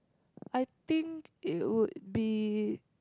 I think it would be